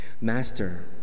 Master